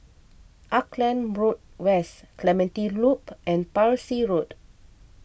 Auckland Road West Clementi Loop and Parsi Road